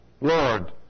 Lord